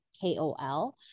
KOL